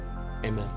amen